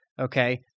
okay